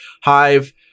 hive